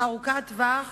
ארוכת טווח,